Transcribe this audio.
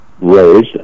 raised